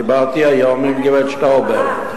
דיברתי היום עם גברת שטאובר.